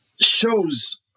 shows